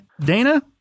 Dana